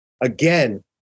again